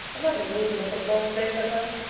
i'm not in the mood for football today somehow.